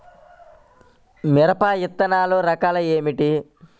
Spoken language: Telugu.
మిరప విత్తనాల రకాలు ఏమిటి?